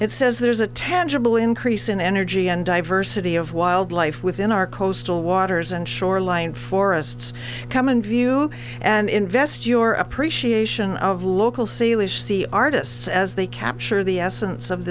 it says there's a tangible increase in energy and diversity of wildlife within our coastal waters and shoreline forests come in view and invest your appreciation of local ceiling artists as they capture the essence of